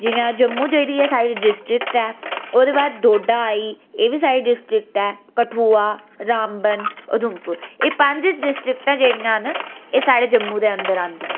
जि'यां जम्मू जेह्ड़ी ऐ साढ़ी एह् डिस्ट्रिक्ट ऐ ओह्दै बाद डोडा आई एह् बी साढ़ी डिस्ट्रिक्ट ऐ कठुआ रामबन उधमपूर एह् पंज डिस्ट्रिक्टां न जेह्ड़ी साढ़े जम्मू दे अदंर औंदियां